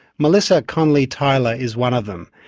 melissa conley tyler is one of them.